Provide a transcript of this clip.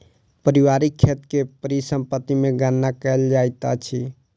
पारिवारिक खेत के परिसम्पत्ति मे गणना कयल जाइत अछि